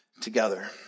together